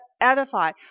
edify